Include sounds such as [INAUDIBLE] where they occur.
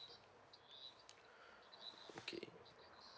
[BREATH] okay